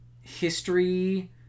history